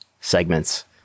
segments